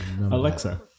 Alexa